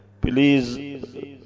Please